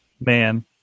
man